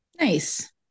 Nice